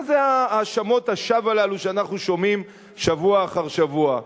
מה זה האשמות השווא האלה שאנחנו שומעים שבוע אחר שבוע?